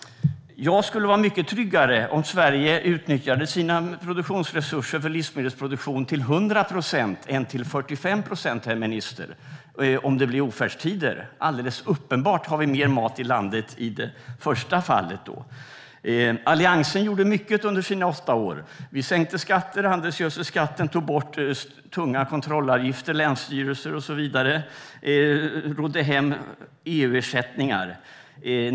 Jag skulle vara mycket tryggare om Sverige utnyttjade sina produktionsresurser för livsmedelsproduktion till 100 procent än till 45 procent, herr minister, om det blir ofärdstider. Det är alldeles uppenbart att vi har mer mat i landet i det första fallet. Alliansen gjorde mycket under sina åtta år. Vi sänkte skatter, tog bort handelsgödselskatten och tog bort tunga kontrollavgifter till länsstyrelser och så vidare. Vi rodde hem EU-ersättningar.